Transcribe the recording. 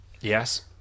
Yes